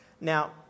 Now